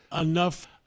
enough